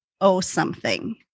O-something